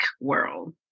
world